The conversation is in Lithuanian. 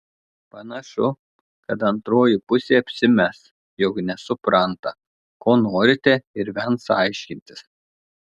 panašu kad antroji pusė apsimes jog nesupranta ko norite ir vengs aiškintis